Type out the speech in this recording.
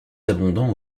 abondant